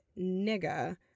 nigga